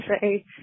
say